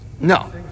No